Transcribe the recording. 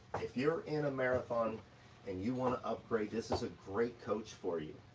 if you're in a marathon and you wanna upgrade, this is a great coach for you.